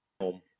home